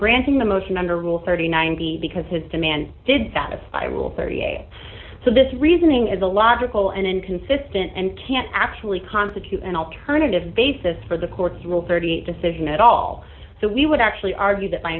the motion under rule thirty nine b because his demand did satisfy rule thirty eight so this reasoning is a logical and inconsistent and can't actually constitute an alternative basis for the courts rule thirty eight dollars decision at all so we would actually argue that